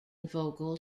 vocal